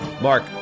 Mark